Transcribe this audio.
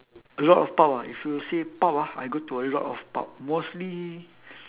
a lot of pub ah if you say pub ah I go to a lot of pub mostly